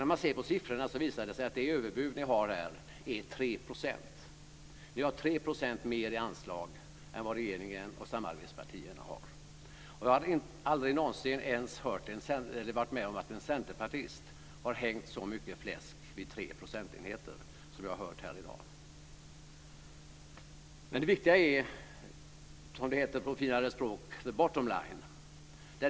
När man ser på siffrorna visar det sig att det överbud ni har här är 3 %. Ni har 3 % mer i anslag än vad regeringen och samarbetspartierna har. Och jag har aldrig någonsin varit med om att en centerpartist har hängt så mycket fläsk vid tre procentenheter som vi har hört här i dag. Men det viktiga är, som det heter på finare språk, the bottom line.